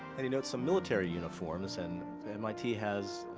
and you note some military uniforms, and mit has